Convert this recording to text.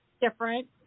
different